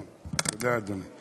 תודה, אדוני.